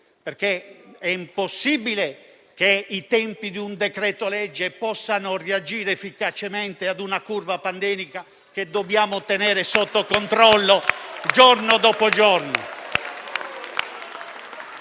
morti. È impossibile che i tempi di un decreto-legge possano reagire efficacemente a una curva pandemica che dobbiamo tenere sotto controllo giorno dopo giorno.